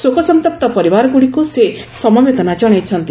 ଶୋକ ସନ୍ତପ୍ତ ପରିବାରଗୁଡ଼ିକୁ ସେ ସମବେଦନା ଜଣାଇଛନ୍ତି